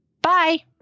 Bye